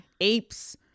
apes